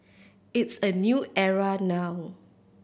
it's a new era now